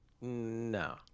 no